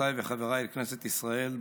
חברותיי וחבריי לכנסת ישראל,